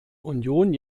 union